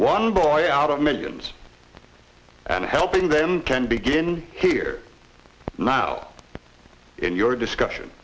one boy out of millions and helping them can begin here now in your discussion